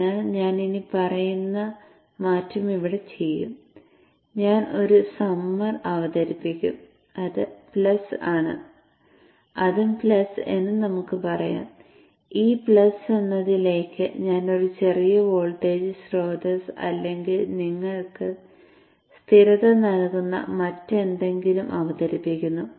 അതിനാൽ ഞാൻ ഇനിപ്പറയുന്ന മാറ്റം ഇവിടെ ചെയ്യും ഞാൻ ഒരു സമ്മർ അവതരിപ്പിക്കും അത് പ്ലസ് ആണ് അതും പ്ലസ് എന്ന് നമുക്ക് പറയാം ഈ പ്ലസ് എന്നതിലേക്ക് ഞാൻ ഒരു ചെറിയ വോൾട്ടേജ് സ്രോതസ്സ് അല്ലെങ്കിൽ നിങ്ങൾക്ക് സ്ഥിരത നൽകുന്ന മറ്റെന്തെങ്കിലും അവതരിപ്പിക്കുന്നു